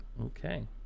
Okay